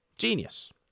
Genius